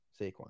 Saquon